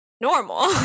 normal